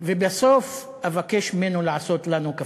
ובסוף אבקש ממנו לעשות לנו קפה.